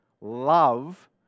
love